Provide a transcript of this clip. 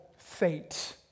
fate